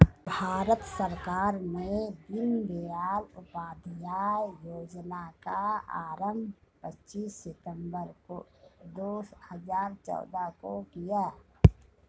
भारत सरकार ने दीनदयाल उपाध्याय योजना का आरम्भ पच्चीस सितम्बर दो हज़ार चौदह को किया